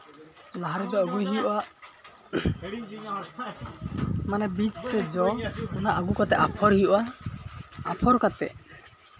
ᱞᱟᱦᱟ ᱨᱮᱫᱚ ᱟᱹᱜᱩᱭ ᱦᱩᱭᱩᱜᱼᱟ ᱢᱟᱱᱮ ᱵᱤᱡᱽ ᱥᱮ ᱡᱚ ᱚᱱᱟ ᱟᱹᱜᱩ ᱠᱟᱛᱮ ᱟᱯᱷᱚᱨ ᱦᱩᱭᱩᱜᱼᱟ ᱟᱯᱷᱚᱨ ᱠᱟᱛᱮ